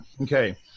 Okay